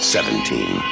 Seventeen